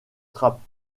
trappe